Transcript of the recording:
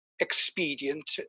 expedient